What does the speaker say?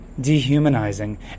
dehumanizing